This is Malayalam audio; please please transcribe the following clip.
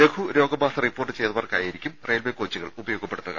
ലഘുവായ രോഗബാധ റിപ്പോർട്ട് ചെയ്തവർക്കായിരിക്കും റെയിൽവേ കോച്ചുകൾ ഉപയോഗപ്പെടുത്തുക